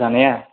जानाया